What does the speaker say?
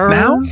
Now